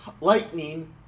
lightning